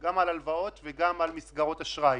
גם על הלוואות וגם על מסגרות אשראי.